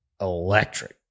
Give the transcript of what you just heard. electric